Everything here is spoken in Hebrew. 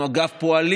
אנחנו, אגב, פועלים